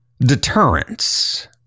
Deterrence